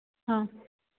ꯑꯥ